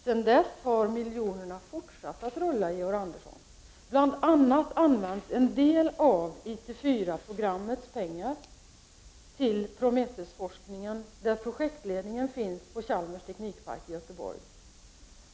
Sedan dess har miljonerna fortsatt att rulla, Georg Andersson. Bl.a. används en del av IT 4-programmets pengar till Prometheusforskningen, där projektledningen finns på Chalmers teknikpark i Göteborg.